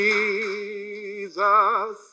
Jesus